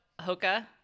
Hoka